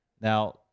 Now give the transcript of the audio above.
Now